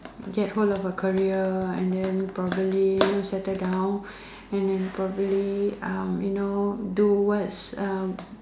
get hold of a career and then probably you know settle down and then probably uh you know do what's uh